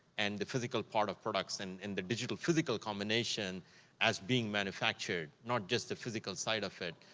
and the physical part of products, and and the digital-physical combination as being manufactured, not just the physical side of it.